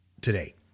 today